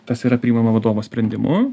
tas yra priimama vadovo sprendimu